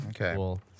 Okay